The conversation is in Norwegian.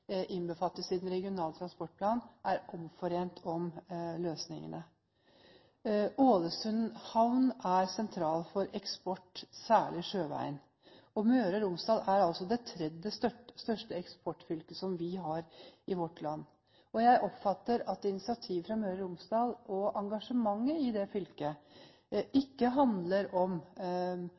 innbefattes i den regionale transportplanen, er omforent om løsningene. Ålesund havn er sentral for eksport, særlig sjøveien. Møre og Romsdal er altså det tredje største eksportfylket i vårt land. Jeg oppfatter at initiativet fra Møre og Romsdal og engasjementet i dette fylket ikke handler om